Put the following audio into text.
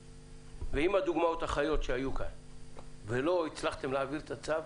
עם הדוגמאות החיות שהיו כאן לא הצלחתם להעביר את הצו,